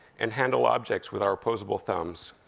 and handle objects with our opposable thumbs.